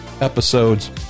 episodes